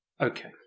Okay